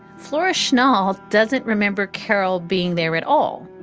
flora schnall doesn't remember carol being there at all.